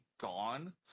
gone